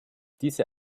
diese